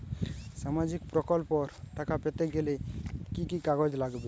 সামাজিক প্রকল্পর টাকা পেতে গেলে কি কি কাগজ লাগবে?